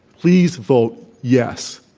please vote yes.